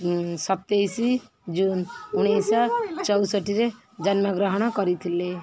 ସତେଇଶି ଜୁନ ଉଣେଇଶି ଶହ ଚଉଷଠିରେ ଜନ୍ମଗ୍ରହଣ କରିଥିଲେ